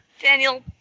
Daniel